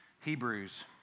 hebrews